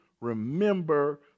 remember